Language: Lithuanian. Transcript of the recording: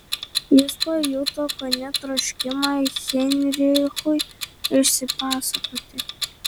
jis pajuto kone troškimą heinrichui išsipasakoti